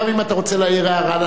גם אם אתה רוצה להעיר הערה,